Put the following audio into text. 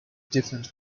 different